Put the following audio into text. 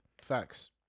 facts